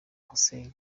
hussein